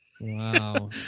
Wow